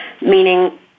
meaning